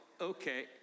Okay